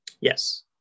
yes